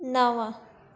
नव